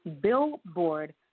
Billboard